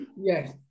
yes